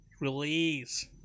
release